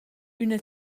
üna